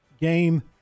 game